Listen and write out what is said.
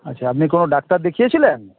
আচ্ছা আপনি কোনো ডাক্তার দেখিয়েছিলেন